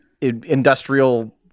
industrial